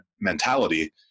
mentality